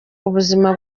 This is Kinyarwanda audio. ubuzima